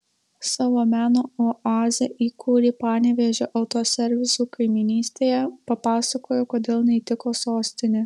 savo meno oazę įkūrė panevėžio autoservisų kaimynystėje papasakojo kodėl neįtiko sostinė